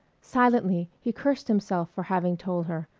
silently he cursed himself for having told her.